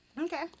okay